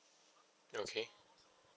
okay